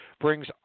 brings